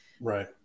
right